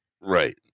right